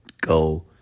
go